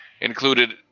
included